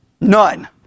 None